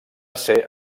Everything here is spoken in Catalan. ser